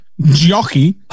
jockey